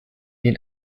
den